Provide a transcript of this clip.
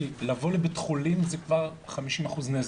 כי לבוא לבית חולים זה כבר 50% נזק,